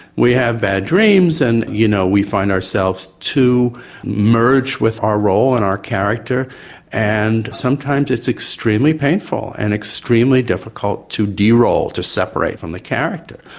we have bad dreams and you know we find ourselves too merged with our role and our character and sometimes it's extremely painful and extremely difficult to de-role, to separate from the character.